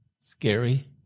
scary